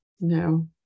no